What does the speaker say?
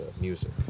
music